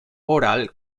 oral